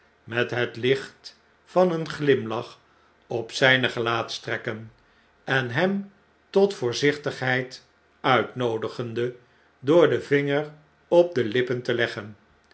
met het licht van eenglimlach op zijne gelaatstrekken en hem tot voorzichtigheid uitnoodigende door den ving'er op de lippen te leggen